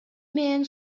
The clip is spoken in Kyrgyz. менен